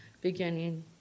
beginning